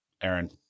Aaron